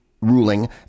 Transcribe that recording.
ruling